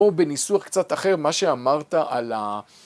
או בניסוח קצת אחר, מה שאמרת על ה...